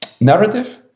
narrative